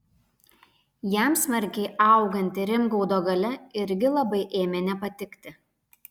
jam smarkiai auganti rimgaudo galia irgi labai ėmė nepatikti